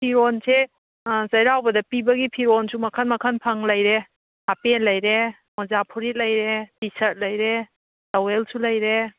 ꯐꯤꯔꯣꯟꯁꯦ ꯆꯩꯔꯥꯎꯕꯗ ꯄꯤꯕꯒꯤ ꯐꯤꯔꯣꯟꯁꯨ ꯃꯈꯟ ꯃꯈꯟ ꯂꯩꯔꯦ ꯍꯥꯞ ꯄꯦꯟ ꯂꯩꯔꯦ ꯃꯣꯖꯥ ꯐꯨꯔꯤꯠ ꯂꯩꯔꯦ ꯇꯤ ꯁꯥꯔꯠ ꯂꯩꯔꯦ ꯇꯥꯋꯦꯜꯁꯨ ꯂꯩꯔꯦ